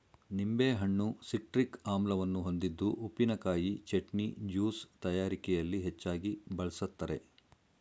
ನಿಂಬೆಹಣ್ಣು ಸಿಟ್ರಿಕ್ ಆಮ್ಲವನ್ನು ಹೊಂದಿದ್ದು ಉಪ್ಪಿನಕಾಯಿ, ಚಟ್ನಿ, ಜ್ಯೂಸ್ ತಯಾರಿಕೆಯಲ್ಲಿ ಹೆಚ್ಚಾಗಿ ಬಳ್ಸತ್ತರೆ